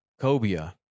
cobia